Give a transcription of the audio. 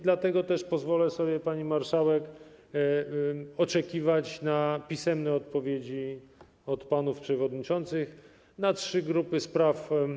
Dlatego też pozwolę sobie, pani marszałek, oczekiwać na pisemne odpowiedzi od panów przewodniczących na trzy grupy spraw.